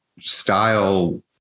style